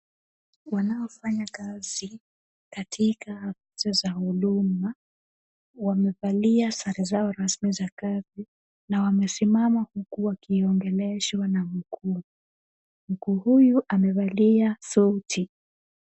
Wanaofanya kazi katika ofisi za huduma, wamevalia sare zao rasmi za kazi na wamesimaam huku wakiongeleshwa na mkuu. Mkuu huyu amevalia suti.